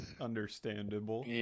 understandable